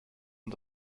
und